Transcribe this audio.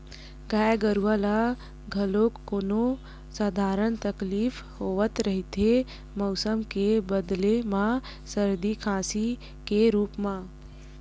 गाय गरूवा ल घलोक कोनो सधारन तकलीफ होवत रहिथे मउसम के बदले म सरदी, खांसी के रुप म